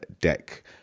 deck